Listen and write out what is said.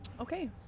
okay